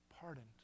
pardoned